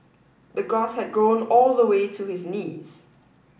the grass had grown all the way to his knees